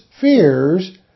fears